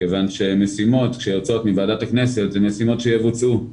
כיוון שמשימות שיוצאות מוועדת הכנסת זה משימות שיבוצעו,